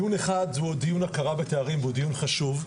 דיון אחד הוא דיון הכרה בתארים, והוא דיון חשוב,